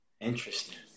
Interesting